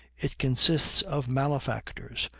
it consists of malefactors,